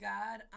God